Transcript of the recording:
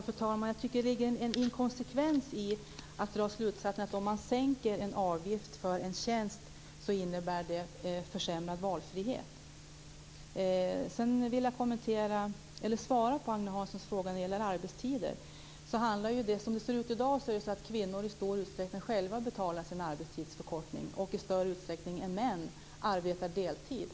Fru talman! Jag tycker att det ligger en inkonsekvens i att dra slutsatsen att om man sänker en avgift för en tjänst innebär det försämrad valfrihet. Sedan vill jag svara på Agne Hanssons fråga när det gäller arbetstider. Som det ser ut i dag är det så att kvinnor i stor utsträckning själva betalar sin arbetstidsförkortning och att de i större utsträckning än män arbetar deltid.